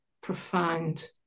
profound